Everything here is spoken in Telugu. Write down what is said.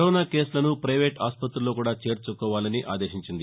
కరోనా కేసులను ప్రైవేట్ ఆసుపతుల్లో కూడా చేర్చుకోవాలని ఆదేశించింది